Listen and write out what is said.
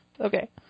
Okay